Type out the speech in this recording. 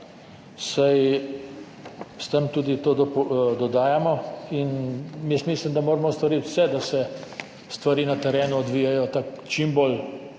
saj s tem tudi to dodajamo in jaz mislim, da moramo storiti vse, da se stvari na terenu odvijajo čim bolj